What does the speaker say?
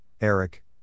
Eric